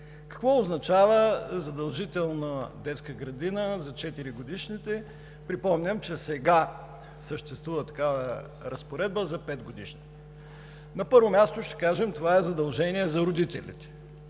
Какво означава задължителна детска градина за 4-годишните? Припомням, че сега съществува такава разпоредба за 5-годишните. На първо място, ще кажем: това е задължение за родителите,